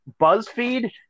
BuzzFeed